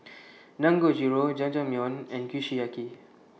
Dangojiru Jajangmyeon and Kushiyaki